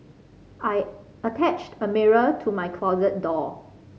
I attached a mirror to my closet door